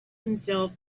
himself